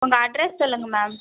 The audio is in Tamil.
உங்கள் அட்ரஸ் சொல்லுங்கள் மேம்